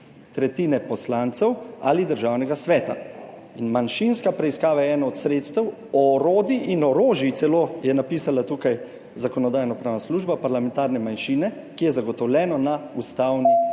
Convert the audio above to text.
tretjine poslancev ali Državnega sveta. In manjšinska preiskava je eno od sredstev, orodij in orožij,« celo, je napisala tukaj Zakonodajno-pravna služba, »parlamentarne manjšine, ki je zagotovljeno na ustavni